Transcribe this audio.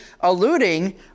alluding